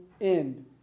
end